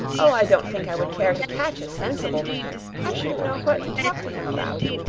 oh, i don't think i would care to catch a sensible man. i shouldn't know what to talk to him about.